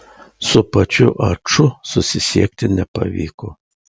su pačiu aču susisiekti nepavyko